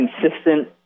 consistent